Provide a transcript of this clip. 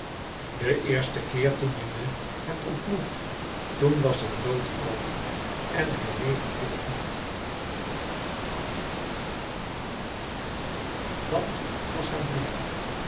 den eersten keer toen je me hebt ontmoet toen was ik dood al en herleven wil ik niet dat was haar brief